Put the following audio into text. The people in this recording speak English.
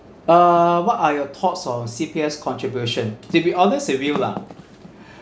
uh what are your thoughts on C_P_F contribution to be honest with you lah